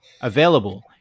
available